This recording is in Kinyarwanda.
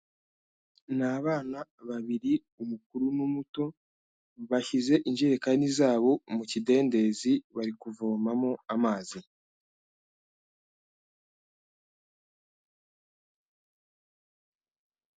Ni abana babiri umukuru n'umuto bashyize ijerekani zabo mu kidendezi bari kuvomamo amazi.